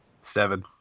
Seven